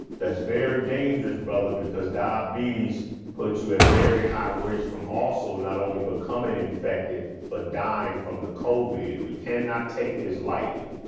that's very dangerous brother because diabetes puts you at very high risk from also not only becoming infected but dying from the kovi. we can not take this lightly.